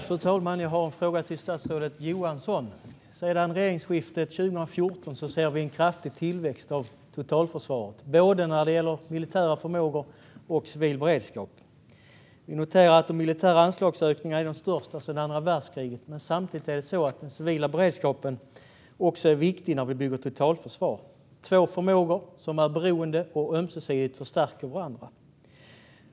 Fru talman! Jag har en fråga till statsrådet Johansson. Sedan regeringsskiftet 2014 har vi sett en kraftig tillväxt av totalförsvaret när det gäller både militära förmågor och civil beredskap. Vi noterar att de militära anslagsökningarna är de största sedan andra världskriget. Men den civila beredskapen är också viktig när vi bygger totalförsvar. Det är två förmågor som är beroende av och ömsesidigt förstärker varandra.